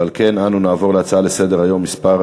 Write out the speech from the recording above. ועל כן נעבור להצעה לסדר-היום מס'